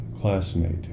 classmate